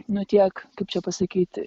nu tiek kaip čia pasakyti